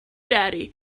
daddy